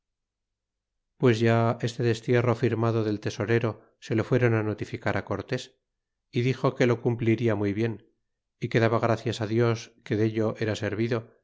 pues ya este destierro firmado del tesorero se lo fuéron notificar cortés y dixo que lo cumpliria muy bien y que daba gracias á dios que dello era servido